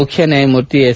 ಮುಖ್ಯ ನ್ವಾಯಮೂರ್ತಿ ಎಸ್